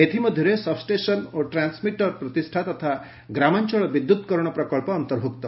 ଏଥିମଧ୍ୟରେ ସବ୍ଷ୍ଟେସନ ଓ ଟ୍ରାନ୍ୱମିଟର ପ୍ରତିଷ୍ଠା ତଥା ଗ୍ରାମାଞ୍ଚଳ ବିଦ୍ୟୁତ୍କରଣ ପ୍ରକଳ୍ପ ଅନ୍ତର୍ଭୁକ୍ତ